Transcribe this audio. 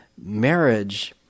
marriage